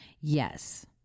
Yes